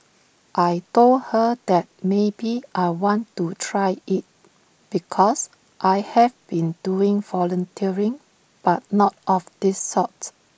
I Told her that maybe I want to try IT because I have been doing volunteering but not of this sorts